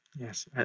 yes